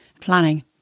planning